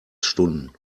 stunden